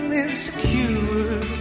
insecure